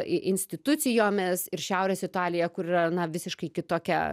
institucijomis ir šiaurės italija kur yra na visiškai kitokia